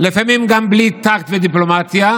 לפעמים גם בלי טקט ודיפלומטיה,